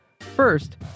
First